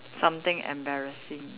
something embarrassing